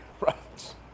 Right